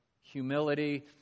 humility